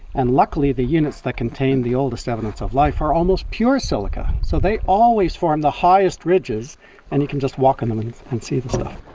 and luckily the units that contain the oldest evidence of life are almost pure silica, so they always form the highest ridges and you can just walk on them and see the stuff.